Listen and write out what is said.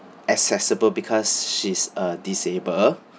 accessible because she's a disable